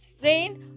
friend